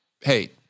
hey